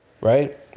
Right